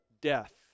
death